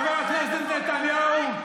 על חבר הכנסת נתניהו,